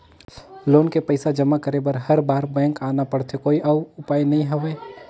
Loan के पईसा जमा करे बर हर बार बैंक आना पड़थे कोई अउ उपाय नइ हवय?